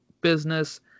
business